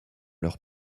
leur